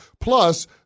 Plus